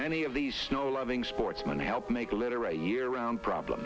many of these snow loving sportsmen to help make literally year round problem